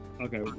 okay